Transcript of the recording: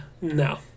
no